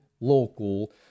local